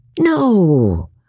No